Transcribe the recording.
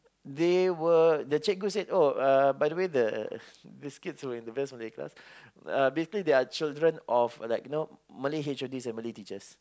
they were the cikgu said oh uh by the way the this kids that are best in her class uh basically they are children of like you know Malay H_O_Ds and Malay teachers